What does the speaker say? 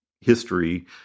history